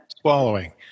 swallowing